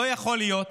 לא יכול להיות